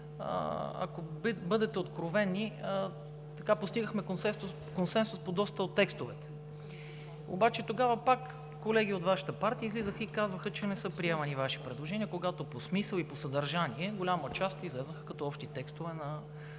ако бъдете откровени, постигнахме консенсус по доста от текстовете. Обаче тогава пак колеги от Вашата партия излизаха и казваха, че не са приемани Ваши предложения, когато по смисъл и по съдържание голяма част излязоха като общи текстове на българския